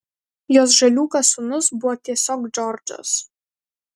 jos žaliūkas sūnus buvo tiesiog džordžas